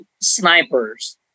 snipers